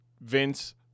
Vince